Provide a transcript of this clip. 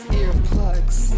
earplugs